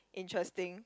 interesting